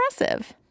impressive